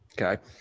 Okay